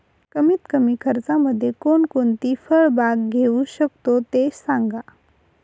कमीत कमी खर्चामध्ये कोणकोणती फळबाग घेऊ शकतो ते सांगा